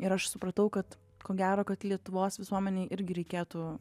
ir aš supratau kad ko gero kad lietuvos visuomenei irgi reikėtų